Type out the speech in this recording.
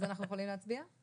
אז אנחנו יכולים להצביע?